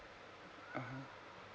(uh huh)